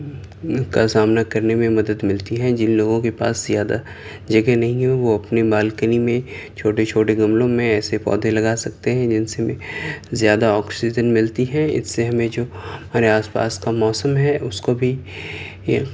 کا سامنا کرنے میں مدد ملتی ہیں جن لوگوں کے پاس زیادہ جگہ نہیں ہیں وہ اپنے بالکنی میں چھوٹے چھوٹے گملوں میں ایسے پودھے لگا سکتے ہیں جن سے ہمیں زیادہ آکسیجن ملتی ہے اس سے ہمیں جو ہمارے آس پاس کا موسم ہے اس کو بھی ایک